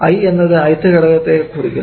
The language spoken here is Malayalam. i എന്നതു ith ഘടകത്തെ കുറിക്കുന്നു